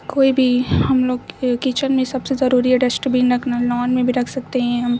کوئی بھی ہم لوگ کے کچن میں سب سے ضروری ہے ڈسٹ بین رکھنا لان میں بھی رکھ سکتے ہیں ہم